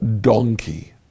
donkey